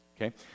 Okay